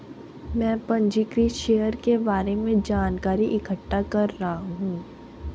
मैं पंजीकृत शेयर के बारे में जानकारी इकट्ठा कर रहा हूँ